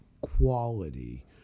quality